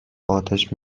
اتش